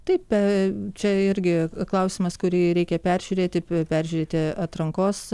taip čia irgi klausimas kurį reikia peržiūrėti peržiūrėti atrankos